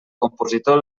compositor